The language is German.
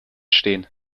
stehen